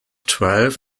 twelve